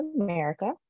America